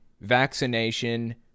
vaccination